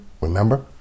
Remember